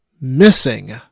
missing